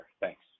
Thanks